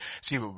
See